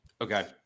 Okay